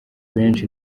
benshi